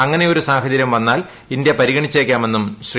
അങ്ങനെയൊരു സാഹചര്യം വന്നാൽ ഇന്ത്യ പരിഗണിച്ചേക്കാമെന്നും ശ്രീ